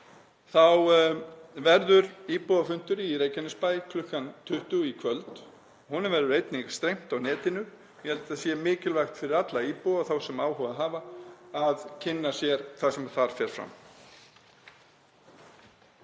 þá verður íbúafundur í Reykjanesbæ kl. 20 í kvöld og honum verður einnig streymt á netinu. Ég held að það sé mikilvægt fyrir alla íbúa og þá sem áhuga hafa að kynna sér það sem þar fer fram.